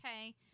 okay